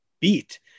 beat –